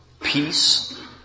peace